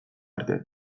arte